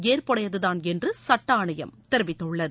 ஏற்புடையதுதான் என்று சட்ட ஆணையம் தெரிவித்துள்ளது